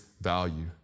value